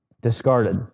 discarded